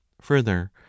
further